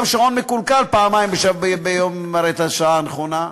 גם שעון מקולקל פעמיים ביום מראה את השעה הנכונה,